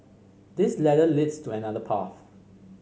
this ladder leads to another path